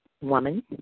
woman